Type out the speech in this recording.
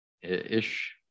Ish